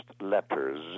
letters